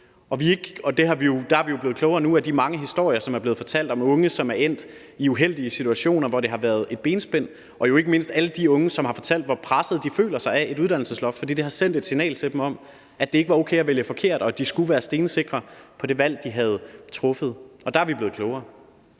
få. Der er vi jo nu blevet klogere af de mange historier, som er blevet fortalt om unge, som er endt i uheldige situationer, hvor der har været et benspænd, og ikke mindst alle de unge, som har fortalt, hvor presset de har følt sig af et uddannelsesloft, fordi det har sendt et signal til dem om, at det ikke var okay at vælge forkert, og at de skulle være stensikre på det valg, de havde truffet. Der er vi blevet klogere.